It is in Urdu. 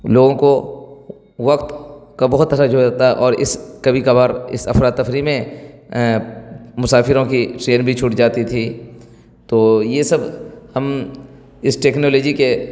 لوگوں کو وقت کا بہت حرج ہو جاتا اور اس کبھی کبھار اس افراتفری میں مسافروں کی ٹرین بھی چھوٹ جاتی تھی تو یہ سب ہم اس ٹیکنالوجی کے